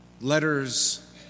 letters